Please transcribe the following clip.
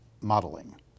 modeling